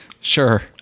sure